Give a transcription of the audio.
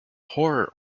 horror